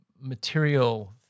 material